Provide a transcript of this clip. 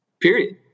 Period